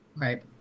Right